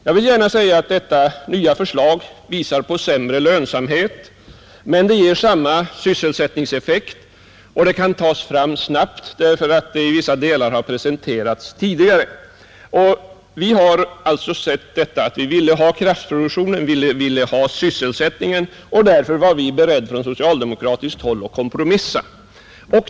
Jag vill gärna säga att detta nya förslag visar på sämre lönsamhet, men det ger samma sysselsättningseffekt, och det kan tas fram snabbt för att det i vissa delar presenterats tidigare. Vi har sagt att vi vill ha kraftproduktionen, vi vill ha sysselsättningen, och därför var vi från socialdemokratiskt håll beredda att kompromissa.